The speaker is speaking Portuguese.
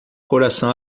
coração